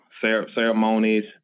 ceremonies